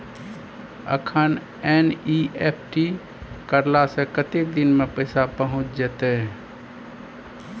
अखन एन.ई.एफ.टी करला से कतेक दिन में पैसा पहुँच जेतै?